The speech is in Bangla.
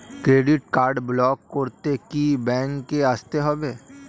ক্রেডিট কার্ড ব্লক করতে কি ব্যাংকে আসতে হবে?